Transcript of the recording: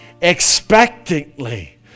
expectantly